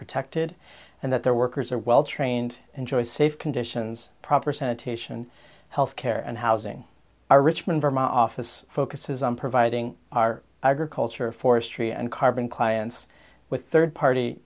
protected and that their workers are well trained and joy safe conditions proper sanitation health care and housing our richmond vermont office focuses on providing our agriculture forestry and carbon clients with third party